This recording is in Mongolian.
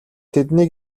тэднийг